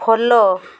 follow